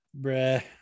Bruh